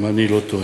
אם אני לא טועה.